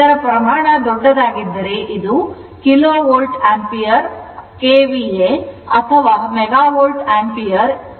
ಇದರ ಪ್ರಮಾಣ ದೊಡ್ಡದಾಗಿದ್ದರೆ ಇದು ಕಿಲೋ ವೋಲ್ಟ್ ಆಂಪಿಯರ್ KVA ಅಥವಾ ಮೆಗಾ ವೋಲ್ಟ್ ಆಂಪಿಯರ್ ಆಗಿರುತ್ತದೆ